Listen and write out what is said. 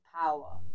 power